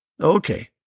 Okay